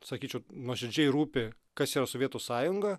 sakyčiau nuoširdžiai rūpi kas yra sovietų sąjunga